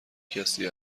کسی